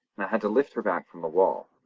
and i had to lift her back from the wall.